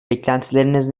beklentileriniz